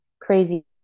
crazy –